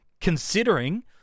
considering